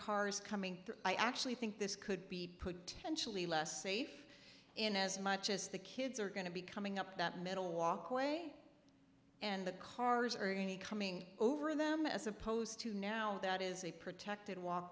cars coming i actually think this could be put tension less safe in as much as the kids are going to be coming up that middle walkway and the cars are in the coming over them as opposed to now that is a protected walk